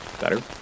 better